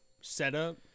setup